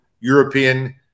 European